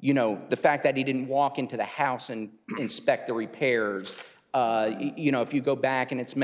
you know the fact that he didn't walk into the house and inspect the repairs you know if you go back and it's